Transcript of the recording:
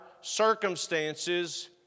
circumstances